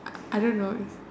I don't know